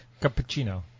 Cappuccino